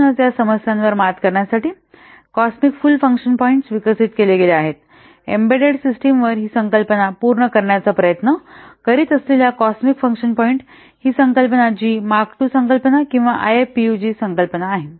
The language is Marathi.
म्हणूनच या समस्यांवर मात करण्यासाठी कॉस्मिक फुल फंक्शन पॉईंट्स विकसित केले गेले आहेत एम्बइडेड सिस्टमवर ही संकल्पना पूर्ण करण्याचा प्रयत्न करीत असलेले कॉस्मिक फंकशन पॉईंट ही संकल्पना जी मार्क II संकल्पना किंवा आयएफपीयूजी संकल्पना आहे